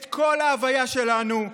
את כל ההוויה שלנו,